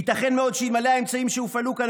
ייתכן מאוד שאלמלא האמצעים שהופעלו כאן